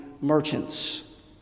merchants